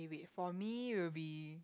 eh wait for me it will be